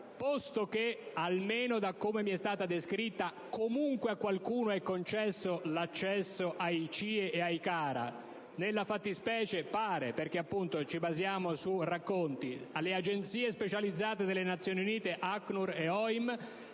posto che, almeno da come mi è stato riferito, a qualcuno è comunque concesso l'accesso ai CIE e ai CARA (nella fattispecie, pare - perché appunto ci basiamo su racconti - alle Agenzie specializzate delle Nazioni Unite ACNUR e OIM,